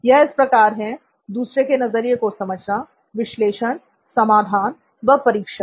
यह इस प्रकार है दूसरे के नज़रिया को समझना विश्लेषण समाधान व परीक्षण